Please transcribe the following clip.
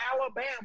Alabama